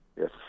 Yes